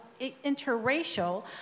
interracial